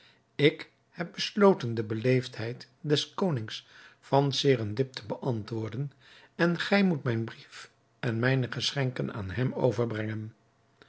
ik heb besloten de beleefdheid des konings van serendib te beantwoorden en gij moet mijn brief en mijne geschenken aan hem overbrengen